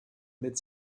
mid